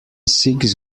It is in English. six